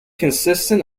consisted